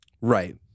Right